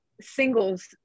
singles